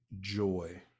joy